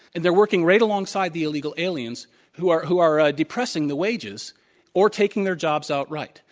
and they're working right alongside the illegal aliens who are who are ah depressing the wages or taking their jobs outright.